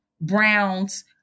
Brown's